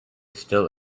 still